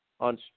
on